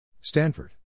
Stanford